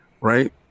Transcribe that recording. right